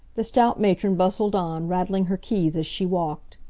the stout matron bustled on, rattling her keys as she walked.